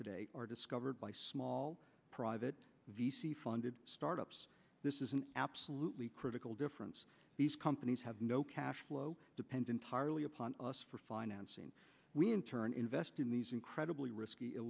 today are discovered by small private v c funded startups this is an absolutely critical difference these companies have no cash flow depends entirely upon us for financing we in turn invest in these incredibly risky